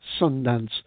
Sundance